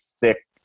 thick